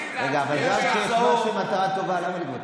רגע, אבל יש משהו עם מטרה טובה, למה להתווכח?